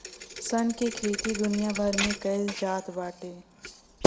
सन के खेती दुनिया भर में कईल जात बाटे